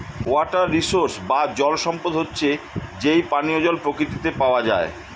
water resource বা জল সম্পদ হচ্ছে যেই পানিও জল প্রকৃতিতে পাওয়া যায়